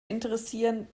interessieren